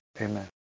Amen